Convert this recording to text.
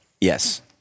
Yes